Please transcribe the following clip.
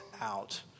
out